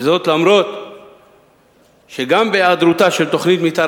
וזאת למרות העובדה שגם בהיעדר תוכנית מיתאר